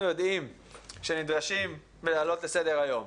יודעים שנדרשים ולהעלות אותם לסדר היום.